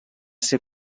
ser